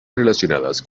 relacionadas